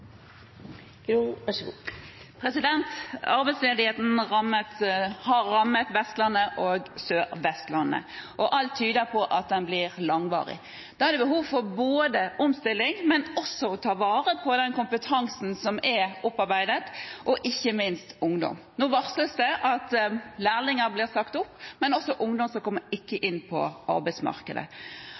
Arbeidsledigheten har rammet Vestlandet og Sør-Vestlandet, og alt tyder på at den blir langvarig. Da er det behov for både omstilling og å ta vare på den kompetansen som er opparbeidet, og ikke minst ungdom. Nå varsles det at lærlinger blir sagt opp, men det er også ungdommer som ikke kommer inn på arbeidsmarkedet.